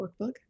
workbook